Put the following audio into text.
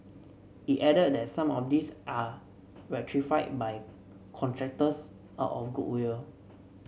it added that some of these are rectified by contractors out of goodwill